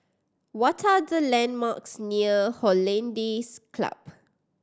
what are the landmarks near Hollandse Club